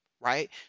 right